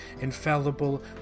infallible